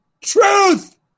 truth